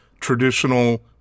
traditional